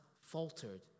faltered